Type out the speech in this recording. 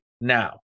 Now